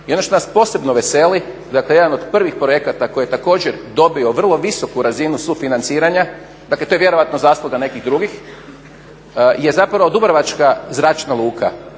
I ono što nas posebno veseli, dakle jedan od prvih projekata koji je također dobio vrlo visoku razinu sufinanciranja, dakle to je vjerojatno zasluga nekih drugih je zapravo Dubrovačka zračna luka,